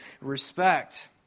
respect